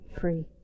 free